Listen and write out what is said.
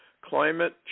climate